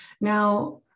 Now